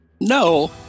No